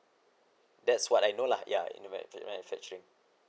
that's what I know lah ya in manu~ manufacturing